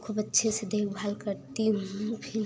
खूब अच्छे से देखभाल करती हूँ फिर